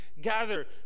gather